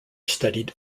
studied